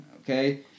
Okay